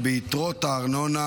(השבת עודפי גבייה של ארנונה),